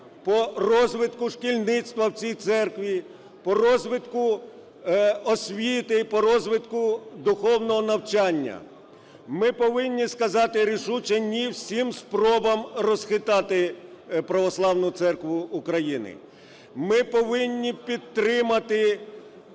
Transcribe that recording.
по розвитку шкільництва в цій церкві, по розвитку освіти, по розвитку духовного навчання. Ми повинні сказати рішуче ні всім спробам розхитати Православну Церкву України. Ми повинні підтримати